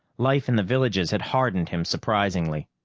life in the villages had hardened him surprisingly.